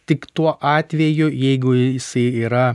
tik tuo atveju jeigu jisai yra